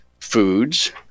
foods